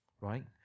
right